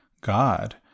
God